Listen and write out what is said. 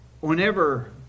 whenever